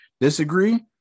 Disagree